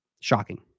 Shocking